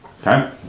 Okay